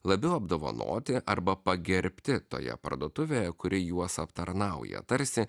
labiau apdovanoti arba pagerbti toje parduotuvėje kuri juos aptarnauja tarsi